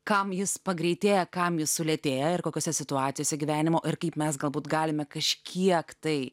kam jis pagreitėja kam jis sulėtėja ir kokiose situacijose gyvenimo ir kaip mes galbūt galime kažkiek tai